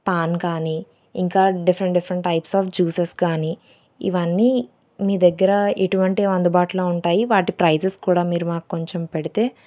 pan కానీ ఇంకా different different types of juices కానీ ఇవన్నీ మీ దగ్గర ఎటువంటివి అందుబాటులో ఉంటాయి వాటి ప్రైజెస్ కూడా మీరు మాకు పెడితే